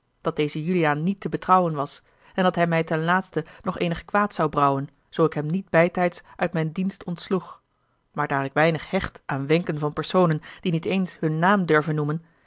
dat deze juliaan niet te betrouwen was en dat hij mij ten laatste nog eenig kwaad zou brouwen zoo ik hem niet bijtijds uit mijn dienst ontsloeg maar daar ik weinig hecht aan wenken van personen die niet eens hun naam durven noemen